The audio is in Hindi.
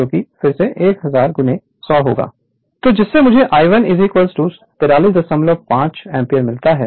Refer Slide Time 1302 तो जिससे मुझे I1 435 एम्पीयर मिलता है